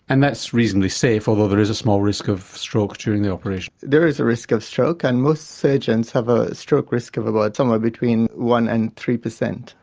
and that's reasonably safe although there is a small risk of stroke during the operation? there is a risk of stroke and most surgeons have a stroke risk of about somewhere between one percent and three percent.